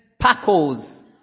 Pacos